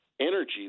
energy